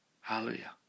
Hallelujah